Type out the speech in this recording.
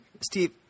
Steve